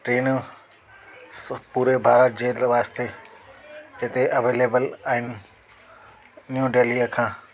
train स पूरे भारत जे वास्ते हिते अवेलेबल आहिनि न्यू डेल्हीअ खां